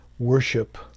worship